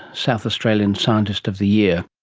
south australian scientist of the year